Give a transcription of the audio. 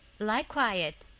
lie quiet,